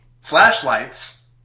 Flashlights